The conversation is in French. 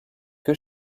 que